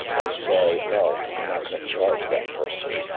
and say, no, i'm not gonna charge that person.